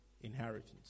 inheritance